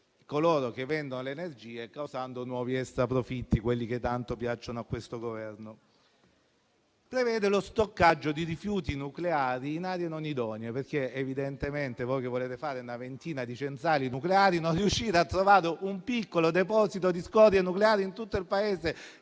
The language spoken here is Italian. coloro che vendono le energie, causando nuovi extraprofitti, che tanto piacciono a questo Governo. Il provvedimento prevede poi lo stoccaggio di rifiuti nucleari in aree non idonee. Voi, che volete fare una ventina di centrali nucleari, non riuscite a trovare un piccolo deposito di scorie nucleari in tutto il Paese